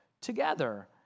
together